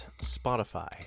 Spotify